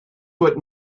what